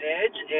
edge